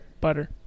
butter